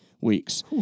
weeks